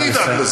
מי ידאג לזה?